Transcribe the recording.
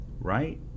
right